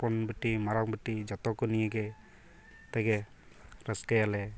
ᱦᱚᱯᱚᱱ ᱵᱤᱴᱤ ᱢᱟᱨᱟᱝ ᱵᱤᱴᱤ ᱡᱚᱛᱚᱠᱚ ᱱᱤᱭᱟᱹ ᱜᱮ ᱛᱮᱜᱮ ᱨᱟᱹᱥᱠᱟᱹᱭᱟᱞᱮ